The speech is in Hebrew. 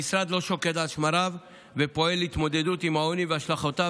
המשרד לא שוקט על שמריו ופועל להתמודדות עם העוני והשלכותיו